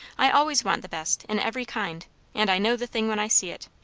i always want the best, in every kind and i know the thing when i see it.